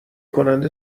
کننده